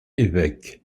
évêque